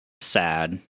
Sad